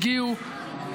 הגיעו.